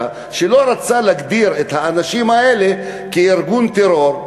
שלא רצה להגדיר את האנשים האלה כארגון טרור,